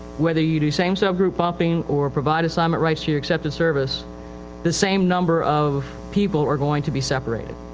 whether you do same sub-group bumping or provide assignment rights to your accepted service the same number of people are going to be separated.